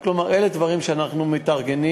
כלומר, אלה דברים שאנחנו מתארגנים